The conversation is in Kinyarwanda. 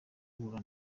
guhura